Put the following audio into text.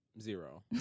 zero